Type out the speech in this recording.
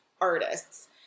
artists